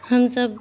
ہم سب